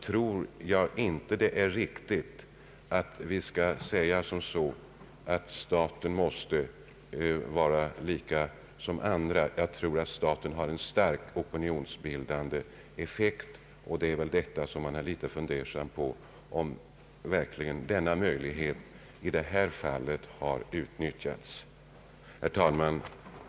— tror jag inte att det är riktigt att säga att staten är likställd med andra. Staten har en starkt opinionsbildande påverkan. Man kan verkligen undra om den möjligheten har utnyttjats i detta fall.